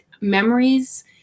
memories